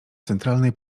centralnej